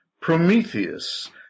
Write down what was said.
Prometheus